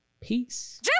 peace